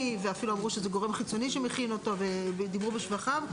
ואפילו אמרו שזה גורם מקצועי שהכין אותו ודיברו בשבחיו.